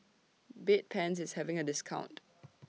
Bedpans IS having A discount